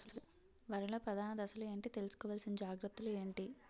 వరిలో ప్రధాన దశలు ఏంటి? తీసుకోవాల్సిన జాగ్రత్తలు ఏంటి?